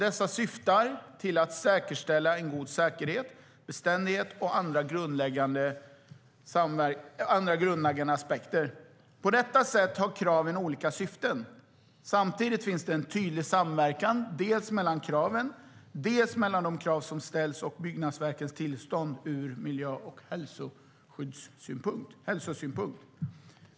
Dessa syftar till att säkerställa en god säkerhet, beständighet och andra grundläggande aspekter. På detta sätt har kraven olika syften. Samtidigt finns det en tydlig samverkan dels mellan kraven, dels mellan de krav som ställs och byggnadsverkens tillstånd ur miljö och hälsosynpunkt.